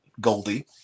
Goldie